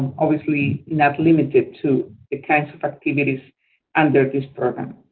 obviously not limited to the kinds of activities under this program.